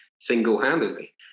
single-handedly